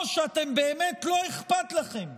או שבאמת לא אכפת לכם,